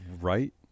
right